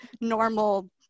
normal